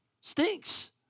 stinks